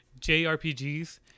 jrpgs